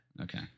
Okay